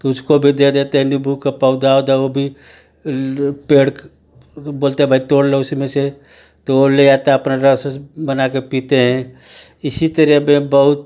उसको भी दे देते हैं नीम्बू का पौधा उधा वो भी बोलते हैं भाई तोड़ लो उसी में से तोड़ लिया तो अपने रस अस बना के पीते हैं इसी तरह मे बहुत